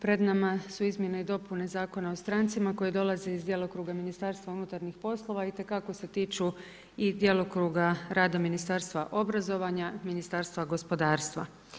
Pred nama su Izmjene i dopune Zakona o strancima koje dolaze iz djelokruga Ministarstva unutarnjih poslova, itekako se tiču i djelokruga rada Ministarstva obrazovanja, Ministarstva gospodarstva.